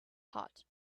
hot